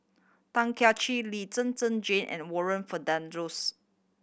Chin Lee Zhen Zhen Jane and Warren